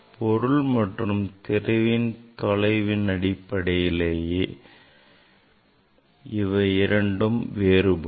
பொருள் மற்றும் திரை தொலைவின் அடிப்படையிலேயே இவை இரண்டும் வேறுபடும்